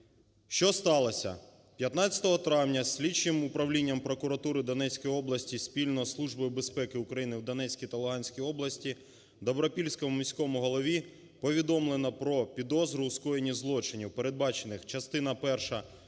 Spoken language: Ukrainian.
Що сталося? 15 травня слідчим управлінням прокуратури Донецької області спільно зі Службою безпеки України в Донецькій та Луганській областіДобропільському міському голові повідомлено про підозру у скоєнні злочинів, передбачених частина перша